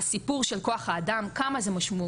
הסיפור של כוח האדם, כמה זה משמעותי